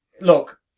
Look